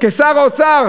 כשר האוצר.